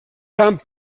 tant